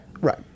Right